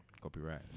Copyright